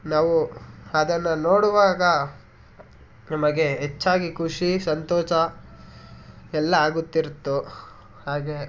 ನಾವು ಅದನ್ನು ನೋಡುವಾಗ ನಮಗೆ ಹೆಚ್ಚಾಗಿ ಖುಷಿ ಸಂತೋಷ ಎಲ್ಲ ಆಗುತ್ತಿರುತ್ತಿತ್ತು ಹಾಗೇ